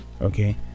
Okay